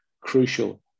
crucial